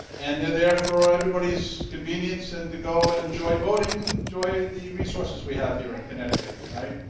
and they're there for everybody's convenience, and to go and enjoy boating and enjoy the resources we have here in connecticut, right.